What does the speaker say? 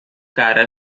cara